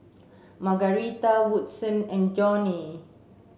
Margarita Woodson and Joni